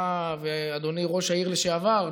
אדוני ראש העיר לשעבר,